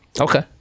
Okay